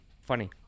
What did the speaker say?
Funny